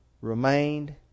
remained